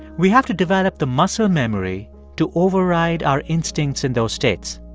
we have to develop the muscle memory to override our instincts in those states.